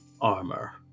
armor